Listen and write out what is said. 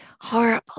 horrible